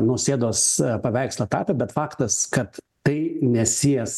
nausėdos paveikslą tapė bet faktas kad tai nesies